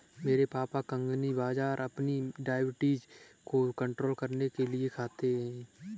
मेरे पापा कंगनी बाजरा अपनी डायबिटीज को कंट्रोल करने के लिए खाते हैं